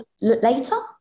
later